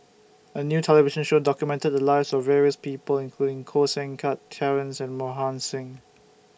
A New television Show documented The Lives of various People including Koh Seng Kiat Terence and Mohan Singh